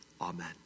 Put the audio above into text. Amen